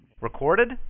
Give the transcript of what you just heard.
Recorded